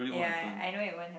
ya I know it won't happen